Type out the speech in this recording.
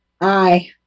Aye